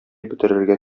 бетерергә